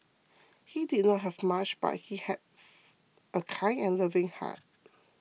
he did not have much but he have a kind and loving heart